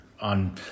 on